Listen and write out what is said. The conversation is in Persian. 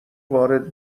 وارد